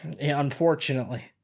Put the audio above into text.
unfortunately